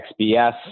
XBS